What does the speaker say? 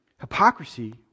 Hypocrisy